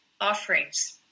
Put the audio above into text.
offerings